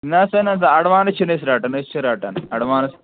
نسا نہَ اَیٚڈوانس چھِنہٕ أسۍ رَٹَان أسۍ چھِ رَٹَان اَیٚڈوانٕس